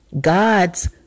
God's